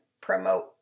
promote